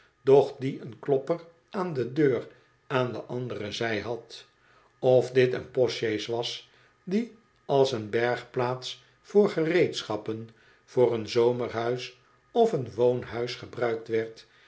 doch die kun klorpeii aan de deur aan de andere zij had of dit een postsjees was die als een bergplaats voor gereedschappen vooreen zomerhuis of een woonhuis gebruikt werd